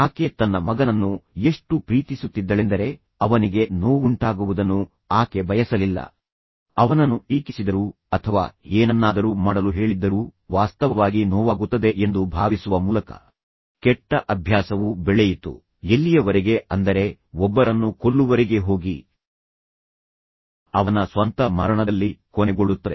ಆಕೆ ತನ್ನ ಮಗನನ್ನು ಎಷ್ಟು ಪ್ರೀತಿಸುತ್ತಿದ್ದಳೆಂದರೆ ಅವನಿಗೆ ನೋವುಂಟಾಗುವುದನ್ನು ಆಕೆ ಬಯಸಲಿಲ್ಲ ಅವನನ್ನು ಟೀಕಿಸಿದರೂ ಅಥವಾ ಏನನ್ನಾದರೂ ಮಾಡಲು ಹೇಳಿದ್ದರೂ ವಾಸ್ತವವಾಗಿ ನೋವಾಗುತ್ತದೆ ಎಂದು ಭಾವಿಸುವ ಮೂಲಕ ಕೆಟ್ಟ ಅಭ್ಯಾಸವು ಬೆಳೆಯಿತು ಎಲ್ಲಿಯವರೆಗೆ ಅಂದರೆ ಒಬ್ಬರನ್ನು ಕೊಲ್ಲುವರೆಗೆ ಹೋಗಿ ಅವನ ಸ್ವಂತ ಮರಣದಲ್ಲಿ ಕೊನೆಗೊಳ್ಳುತ್ತದೆ